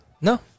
No